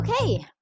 Okay